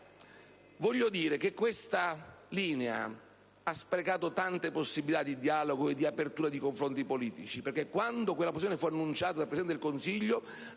Voglio dire che questa linea ha sprecato tante possibilità di dialogo e di apertura di confronti politici, perché quando quella posizione fu annunciata dal Presidente del Consiglio